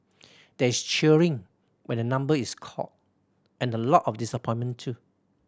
there is cheering when a number is called and a lot of disappointment too